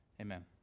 Amen